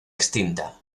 extinta